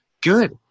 Good